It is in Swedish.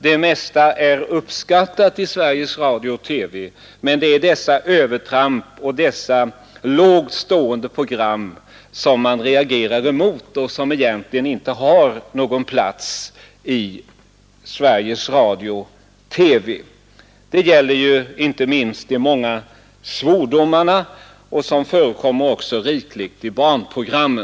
Det mesta av det som visas i Sveriges Radio—-TV är uppskattat, men det är övertrampen och de lågt stående programmen som man reagerar emot och som det egentligen inte skulle finnas plats för i Sveriges Radio—TV. Det gäller inte minst de många svordomarna, som också förekommer rikligt i barnprogrammen.